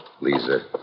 Lisa